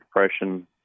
depression